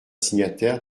signataires